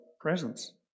presence